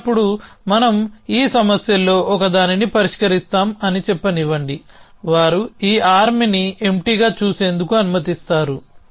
అలాంటప్పుడు మనం ఈ సమస్యల్లో ఒకదానిని పరిష్కరిస్తాము అని చెప్పనివ్వండి వారు ఈ ఆర్మ్ ని ఎంప్టీగా చూసేందుకు అనుమతిస్తారు